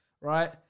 right